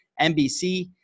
nbc